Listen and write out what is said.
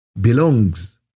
belongs